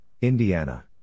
Indiana